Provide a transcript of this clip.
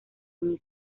mismo